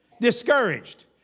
Discouraged